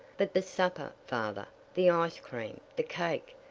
but the supper, father the ice cream, the cake,